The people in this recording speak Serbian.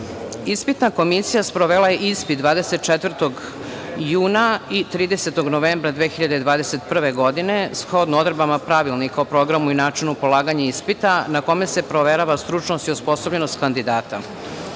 tužioca. Ispitna komisija sprovela je ispit 24. juna i 30. novembra 2021. godine, shodno odredbama Pravilnika o programu i načinu polaganja ispita na kome se proverava stručnost i osposobljenost kandidata,